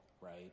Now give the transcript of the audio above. right